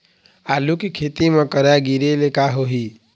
आलू के खेती म करा गिरेले का होही?